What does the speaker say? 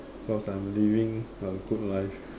cause I'm living a good life